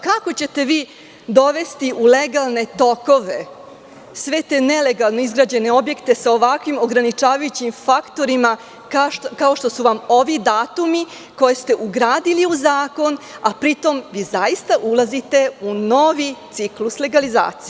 Kako ćete vi dovesti u legalne tokove sve te nelegalno izgrađene objekte sa ovakvim ograničavajući faktorima, kao što su vam ovi datumi, koje ste ugradili u zakon, a pri tom zaista ulazite u novi ciklus legalizacije?